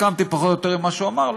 והסכמתי פחות או יותר למה שהוא אמר.